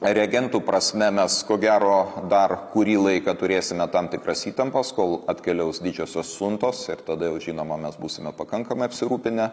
reagentų prasme mes ko gero dar kurį laiką turėsime tam tikras įtampas kol atkeliaus didžiosios siuntos ir tada jau žinoma mes būsime pakankamai apsirūpinę